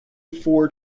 four